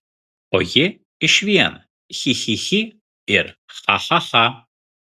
o ji iš vien chi chi chi ir cha cha cha